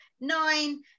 nine